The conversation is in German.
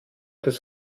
des